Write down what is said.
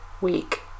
week